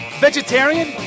vegetarian